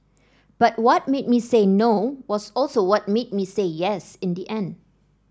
but what made me say No was also what made me say Yes in the end